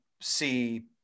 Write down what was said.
see